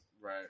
Right